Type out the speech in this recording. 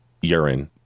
Urine